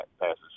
passes